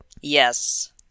Yes